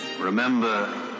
Remember